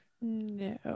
No